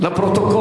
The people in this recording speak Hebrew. לפרוטוקול.